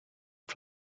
for